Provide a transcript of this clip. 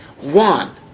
One